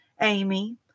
Amy